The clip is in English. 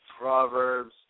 Proverbs